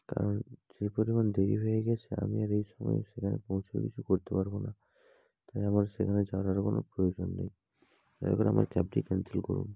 কারণ যে পরিমাণ দেরি হয়ে গেছে আমি আর এই সময় সেখানে পৌঁছে কিছু করতে পারবো না তাই আমার সেখানে যাওয়ার আর কোনো প্রয়োজন নেই এবার আমার ক্যাবটি ক্যান্সেল করুন